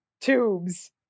tubes